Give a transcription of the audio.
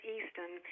Easton